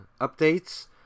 updates